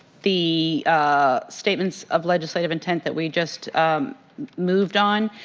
the statements of legislative intent that we just moved on.